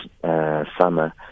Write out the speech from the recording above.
summer